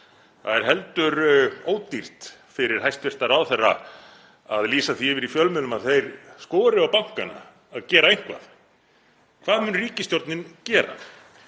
Það er heldur ódýrt fyrir hæstv. ráðherra að lýsa því yfir í fjölmiðlum að þeir skori á bankana að gera eitthvað — hvað mun ríkisstjórnin gera?